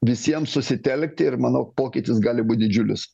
visiems susitelkti ir manau pokytis gali būt didžiulis